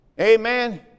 Amen